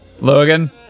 Logan